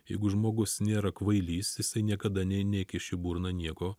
jeigu žmogus nėra kvailys jisai niekada ne nekiš į burną nieko